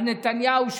נתניהו,